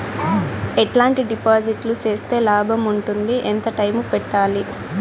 ఎట్లాంటి డిపాజిట్లు సేస్తే లాభం ఉంటుంది? ఎంత టైము పెట్టాలి?